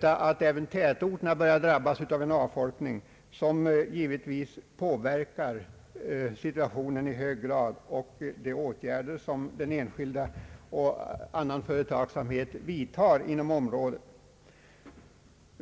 att även tätorterna börjar drabbas av en avfolkning som givetvis bl.a. påverkar de åtgärder som enskild och annan företagsverksamhet vidtar inom dessa områden.